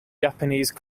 japanese